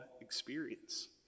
experience